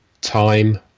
Time